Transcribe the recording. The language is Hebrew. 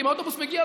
האוטובוס מגיע,